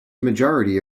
majority